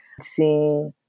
seeing